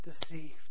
deceived